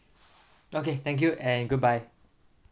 okay thank you and good bye